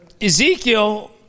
Ezekiel